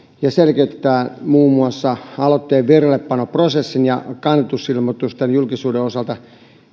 ja selkeyttää muun muassa aloitteen vireillepanoprosessin ja kannatusilmoitusten julkisuuden osalta